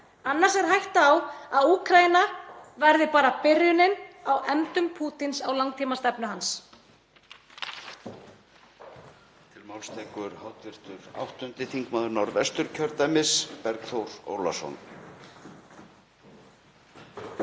Annars er hætta á að Úkraína verði bara byrjunin á efndum Pútíns á langtímastefnu hans.